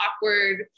awkward